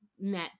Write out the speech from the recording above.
met